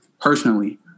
personally